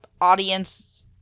audience –